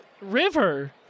river